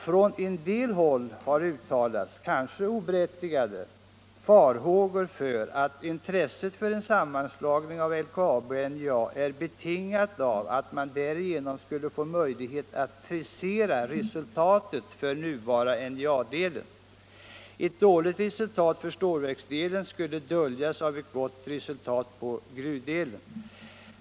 Från en del håll har uttalats — kanske oberättigade — farhågor för att intresset för en sammanslagning av LKAB och NJA är betingat av att man därigenom skulle få möjlighet att ”frisera” resultatet för den nuvarande NJA-delen. Ett dåligt resultat för stålverksdelen skulle döljas av ett gott resultat för gruvdelen.